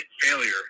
failure